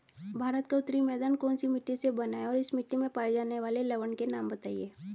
भारत का उत्तरी मैदान कौनसी मिट्टी से बना है और इस मिट्टी में पाए जाने वाले लवण के नाम बताइए?